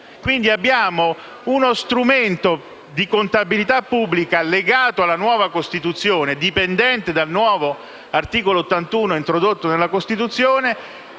quindi, uno strumento di contabilità pubblica legato alla nuova Costituzione, dipendente dal nuovo articolo 81 introdotto nella Costituzione,